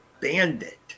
Bandit